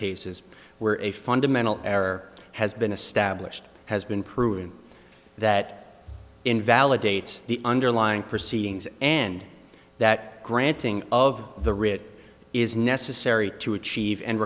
cases where a fundamental error has been established has been proven that invalidates the underlying proceedings and that granting of the writ is necessary to achieve and